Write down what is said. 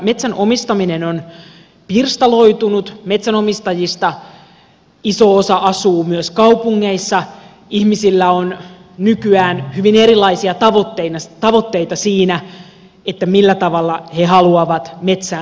metsän omistaminen on pirstaloitunut metsänomistajista iso osa asuu myös kaupungeissa ihmisillä on nykyään hyvin erilaisia tavoitteita siinä millä tavalla he haluavat metsäänsä hoitaa